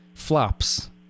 Flops